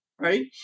right